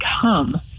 come